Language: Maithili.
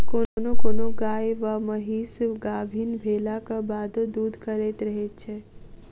कोनो कोनो गाय वा महीस गाभीन भेलाक बादो दूध करैत रहैत छै